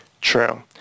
True